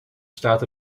staat